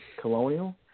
Colonial